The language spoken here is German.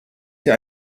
hier